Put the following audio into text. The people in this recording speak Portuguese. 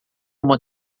uma